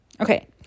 Okay